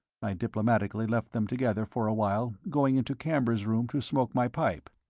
i diplomatically left them together for a while, going into camber's room to smoke my pipe.